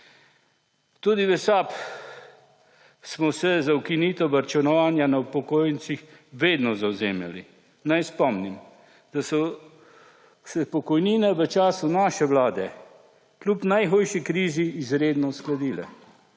Tudi v SAB smo se za ukinitev varčevanja na upokojencih vedno zavzemali. Naj spomnim, da so se pokojnine v času naše vlade kljub najhujši krizi izredno uskladile.